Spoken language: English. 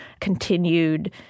continued